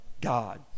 God